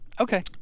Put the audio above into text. Okay